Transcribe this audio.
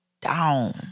Down